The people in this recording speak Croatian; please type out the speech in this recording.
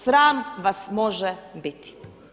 Sram vas može biti!